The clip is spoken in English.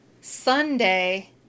Sunday